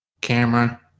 camera